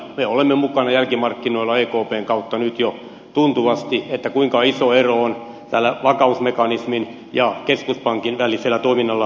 me olemme mukana jälkimarkkinoilla ekpn kautta nyt jo tuntuvasti joten kysyn kuinka iso ero on vakausmekanismin ja keskuspankin välisellä toiminnalla